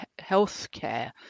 healthcare